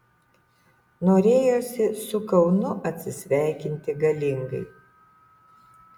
norėjosi su kaunu atsisveikinti galingai